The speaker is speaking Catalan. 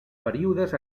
períodes